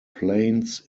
plains